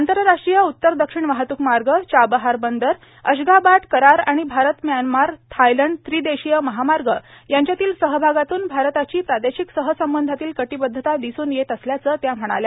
आंतरराष्ट्रीय उत्तर दक्षिण वाहतूक मार्ग चाबहार बंदर अश्गाबाट करार आणि भारत म्यानमार थायलंड त्रिदेशीय महामार्ग यांच्यातील सहभागातून भारताची प्रादेशिक सहसंबंधातील कटिबद्धता दिसून येत असल्याचं त्या म्हणाल्या